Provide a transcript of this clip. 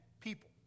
people